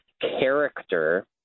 character